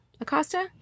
Acosta